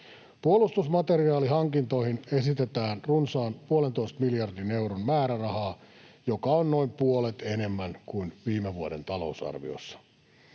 Puolustusmateriaalihankintoihin esitetään runsaan 1,5 miljardin euron määrärahaa, joka on noin puolet enemmän kuin viime vuoden talousarviossa.